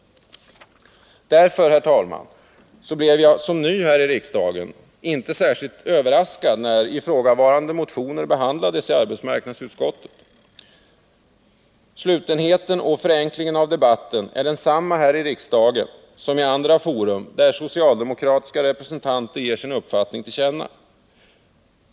Därför, herr talman, blev jag som ny i riksdagen inte särskilt överraskad när ifrågavarande motioner behandlades av arbetsmarknadsutskottet. Slutenheten och förenklingen av debatten är densamma här i riksdagen som i andra forum där socialdemokratiska representanter ger sin uppfattning till känna.